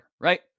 right